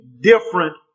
different